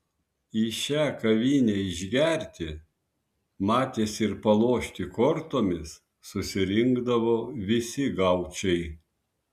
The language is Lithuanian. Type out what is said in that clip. į šią kavinę išgerti matėsi ir palošti kortomis susirinkdavo visi gaučai